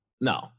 No